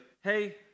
hey